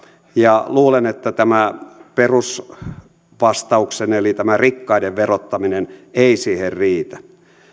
ja luulen että perusvastauksenne eli rikkaiden verottaminen ei siihen riitä